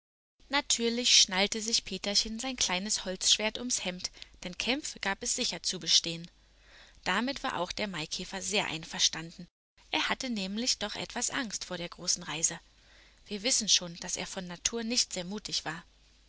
natürlich schnallte sich peterchen sein kleines holzschwert ums hemd denn kämpfe gab es sicher zu bestehen damit war auch der maikäfer sehr einverstanden er hatte nämlich doch etwas angst vor der großen reise wir wissen schon daß er von natur nicht sehr mutig war